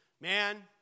man